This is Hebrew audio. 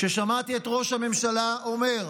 כששמעתי את ראש הממשלה אומר,